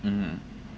mm